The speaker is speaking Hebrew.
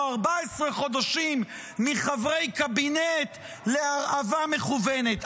14 חודשים מחברי קבינט להרעבה מכוונת.